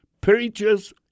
Preachers